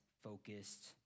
focused